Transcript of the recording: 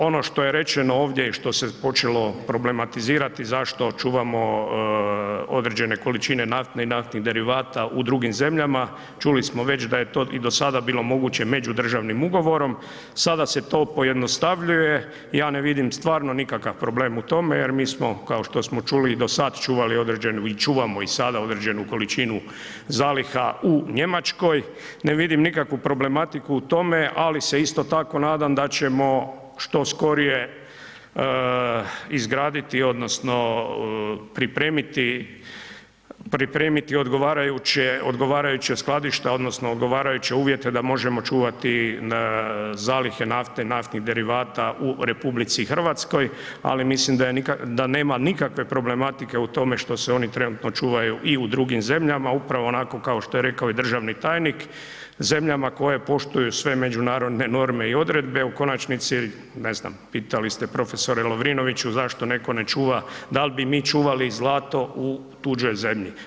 Ono što je rečeno ovdje i što se počelo problematizirati zašto čuvamo određene količine nafte i naftnih derivata u drugim zemljama, čuli smo već da je to i do sada bilo moguće međudržavnim ugovorom, sada se to pojednostavljuje, ja ne vidim stvarno nikakav problem u tome jer mi smo, kao što smo čuli i do sad, čuvali i određenu i čuvamo i sada određenu količinu zaliha u Njemačkoj, ne vidim nikakvu problematiku u tome, ali se isto tako nadam da ćemo što skorije izgraditi odnosno pripremiti odgovarajuća skladišta odnosno odgovarajuće uvjete da možemo čuvati zalihe nafte i naftnih derivata u RH, ali mislim da nema nikakve problematike u tome što se oni trenutno čuvaju i u drugim zemljama upravo onako kao što je rekao i državni tajnik, zemljama koje poštuju sve međunarodne norme i odredbe, u konačnici pitali ste prof. Lovrinoviću zašto netko ne čuva, dal bi mi čuvali zlato u tuđoj zemlji?